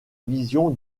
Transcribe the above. vision